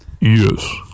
Yes